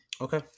Okay